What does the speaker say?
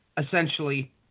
essentially